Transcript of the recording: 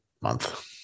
month